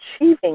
achieving